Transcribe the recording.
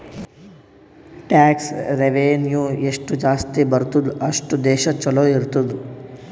tax revenue ಎಷ್ಟು ಜಾಸ್ತಿ ಬರ್ತುದ್ ಅಷ್ಟು ದೇಶ ಛಲೋ ಇರ್ತುದ್